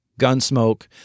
Gunsmoke